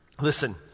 Listen